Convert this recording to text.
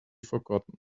forgotten